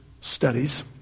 studies